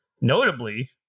Notably